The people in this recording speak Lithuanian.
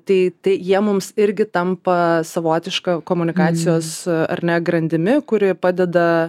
tai tai jie mums irgi tampa savotiška komunikacijos ar ne grandimi kuri padeda